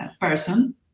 person